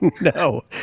No